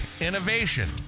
innovation